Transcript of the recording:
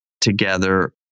together